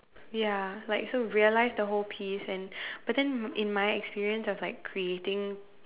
ya like so realize the whole piece and but then in my experience of like creating